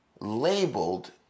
labeled